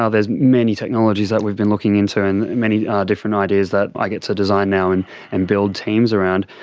ah there are many technologies that we've been looking into and many different ideas that i get to design now and and build teams around,